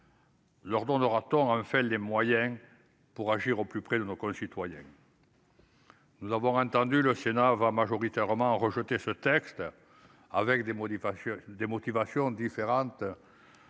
Leur donnera tort en fait les moyens pour agir au plus près de nos concitoyens. Nous avons entendu le Sénat va majoritairement rejeté ce texte avec des mots, des sur des